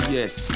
Yes